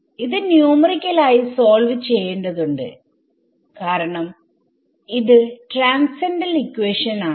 ഇത് ന്യൂമറിക്കൽ ആയി സോൾവ് ചെയ്യേണ്ടതുണ്ട് കാരണം ഇത് ട്രാൻസെൻഡൽ ഇക്വേഷൻ ആണ്